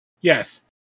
Yes